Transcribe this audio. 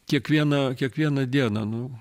kiekvieną kiekvieną dieną nu